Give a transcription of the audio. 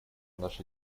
наша